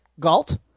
Galt